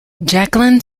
jacqueline